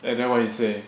and then what he say